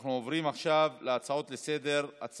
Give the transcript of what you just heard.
אנחנו עוברים עכשיו להצעות לסדר-היום.